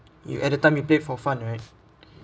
you at the time you play for fun right